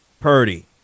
Purdy